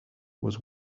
was